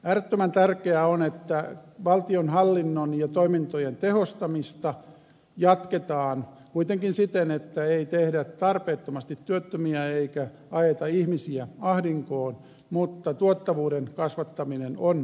äärettömän tärkeää on että valtion hallinnon ja toimintojen tehostamista jatketaan kuitenkin siten että ei tehdä tarpeettomasti työttömiä eikä ajeta ihmisiä ahdinkoon mutta tuottavuuden kasvattaminen on tarpeen